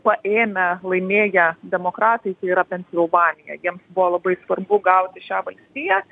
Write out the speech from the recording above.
paėmę laimėję demokratai tai yra pensilvanija jiems buvo labai svarbu gauti šią valstiją